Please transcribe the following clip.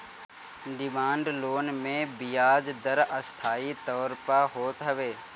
demand loan मे बियाज दर अस्थाई तौर पअ होत हवे